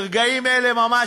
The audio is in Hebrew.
ברגעים אלה ממש,